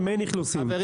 הנושא של התמיכה